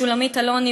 שולמית אלוני,